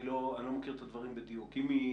אני לא מכיר את הדברים בדיוק אם היא